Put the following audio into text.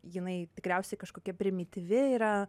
jinai tikriausiai kažkokia primityvi yra